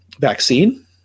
vaccine